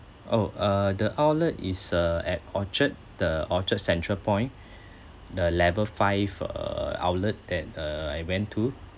oh uh the outlet is uh at orchard the orchard central point the level five uh outlet that uh I went to